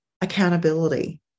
accountability